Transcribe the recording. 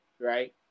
right